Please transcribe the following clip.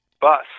bus